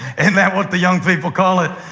and that what the young people call it?